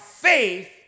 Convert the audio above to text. faith